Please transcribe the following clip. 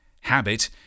Habit